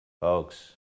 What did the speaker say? Folks